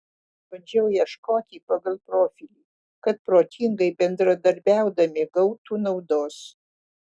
bandžiau ieškoti pagal profilį kad protingai bendradarbiaudami gautų naudos